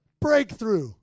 Breakthrough